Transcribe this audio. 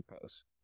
posts